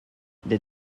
des